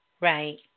Right